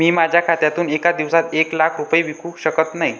मी माझ्या खात्यातून एका दिवसात एक लाख रुपये विकू शकत नाही